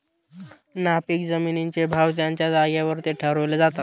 नापीक जमिनींचे भाव त्यांच्या जागेवरती ठरवले जातात